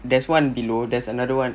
there's one below there's another one